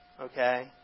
Okay